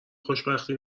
خوشبختی